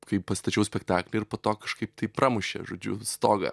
kai pastačiau spektaklį ir po to kažkaip tai pramušė žodžiu stogą